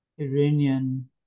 Iranian